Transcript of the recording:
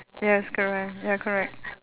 yes correct ya correct